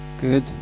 Good